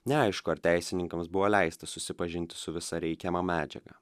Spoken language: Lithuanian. neaišku ar teisininkams buvo leista susipažint su visa reikiama medžiaga